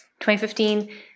2015